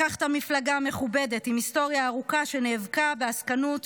לקחת מפלגה מכובדת עם היסטוריה ארוכה שנאבקה בעסקנות,